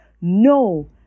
No